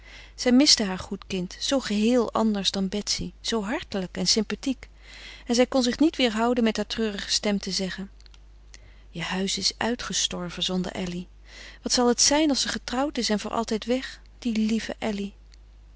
zij miste haar goed kind zoo geheel anders dan betsy zoo hartelijk en sympathiek en zij kon zich niet weêrhouden met haar treurige stem te zeggen je huis is uitgestorven zonder elly wat zal het zijn als ze getrouwd is en voor altijd weg die lieve elly